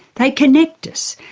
they connect us,